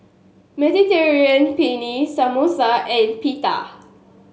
Mediterranean Penne Samosa and Pita